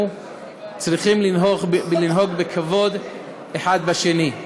אנחנו צריכים לנהוג בכבוד אחד בשני.